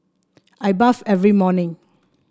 I bath every morning